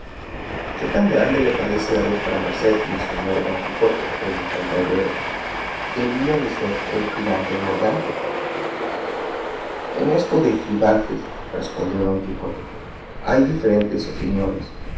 que tan grande le parece a vuestra merced mi señor don quijote preguntó el barbero debía de ser el gigante morgante en esto de gigantes respondió don quijote hay diferentes opiniones